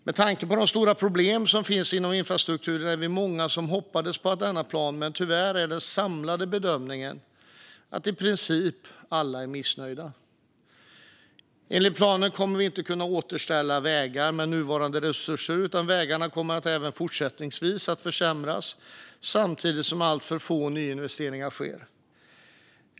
Med tanke på de stora problem som finns inom infrastrukturen är vi många som hoppades på denna plan, men tyvärr är den samlade bedömningen att i princip alla är missnöjda. Enligt planen kommer vi inte att kunna återställa vägar med nuvarande resurser, utan vägarna kommer även fortsättningsvis att försämras samtidigt som alltför få nyinvesteringar sker.